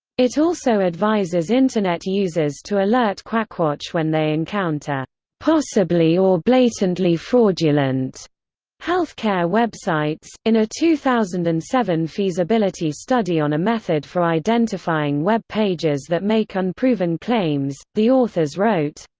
it also advises internet users to alert quackwatch when they encounter possibly or blatantly fraudulent healthcare websites in a two thousand and seven feasibility study on a method for identifying web pages that make unproven claims, the authors wrote